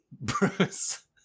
Bruce